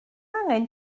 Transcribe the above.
angen